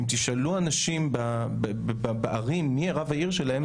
אם תשאלו אנשים בערים מי רב העיר שלהם,